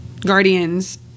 guardians